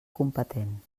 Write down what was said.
competent